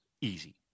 easy